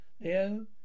Leo